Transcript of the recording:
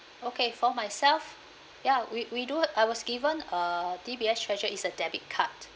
okay for myself ya we we do I was given a D_B_S treasure is a debit card